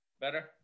better